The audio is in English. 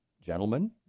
Gentlemen